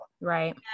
Right